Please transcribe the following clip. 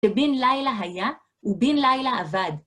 שבין לילה היה ובין לילה עבד.